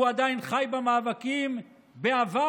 הוא עדיין חי במאבקים בעבר